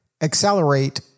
accelerate